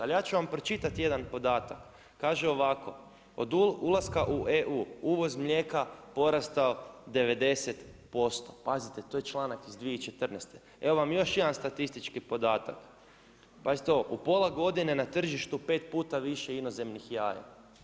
Ali ja ću vam pročitati jedan podatak, kaže ovako od ulaska u EU uvoz mlijeka porastao 90%, pazite to je članak iz 2014., evo vam još jedan statistički podatak, pazite ovo u pola godine na tržištu pet puta više inozemnih jaja.